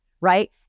right